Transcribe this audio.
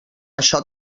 això